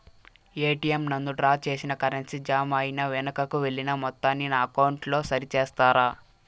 ATM నందు draw చేసిన currency జామ అయి వెనుకకు వెళ్లిన మొత్తాన్ని నా అకౌంట్ లో సరి చేస్తారా?